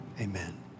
Amen